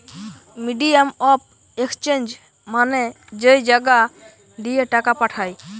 medium of exchange মানে যেই জাগা দিয়ে টাকা পাঠায়